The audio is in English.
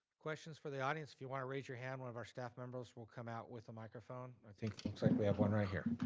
questions for the audience. if you wanna raise your hand, one of our staff members will come out with a microphone. looks like we have one right here.